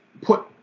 put